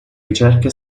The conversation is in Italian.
ricerche